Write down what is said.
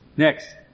Next